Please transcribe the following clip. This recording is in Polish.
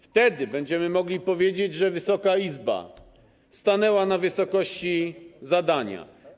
Wtedy będziemy mogli powiedzieć, że Wysoka Izba stanęła na wysokości zadania.